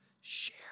Share